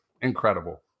Incredible